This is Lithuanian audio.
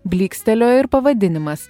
blykstelėjo ir pavadinimas